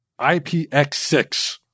IPX6